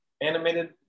animated